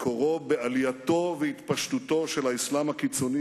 מקורו בעלייתו והתפשטותו של האסלאם הקיצוני